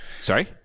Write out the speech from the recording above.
sorry